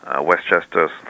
Westchester